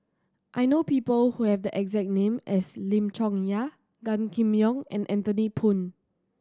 I know people who have the exact name as Lim Chong Yah Gan Kim Yong and Anthony Poon